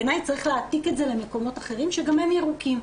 בעיניי צריך להעתיק את זה למקומות אחרים שגם הם ירוקים.